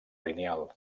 lineal